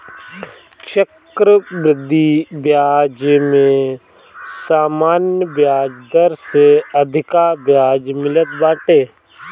चक्रवृद्धि बियाज में सामान्य बियाज दर से अधिका बियाज मिलत बाटे